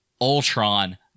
Ultron